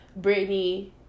britney